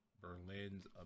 Berlin's